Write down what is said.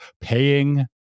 paying